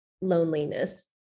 loneliness